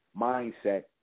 mindset